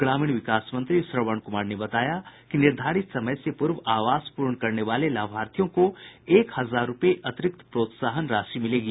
ग्रामीण विकास मंत्री श्रवण कुमार ने बताया कि निर्धारित समय से पूर्व आवास पूर्ण करने वाले लाभार्थियों को एक हजार रुपये अतिरिक्त प्रोत्साहन राशि मिलेगी